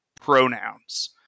pronouns